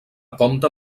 compta